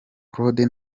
claude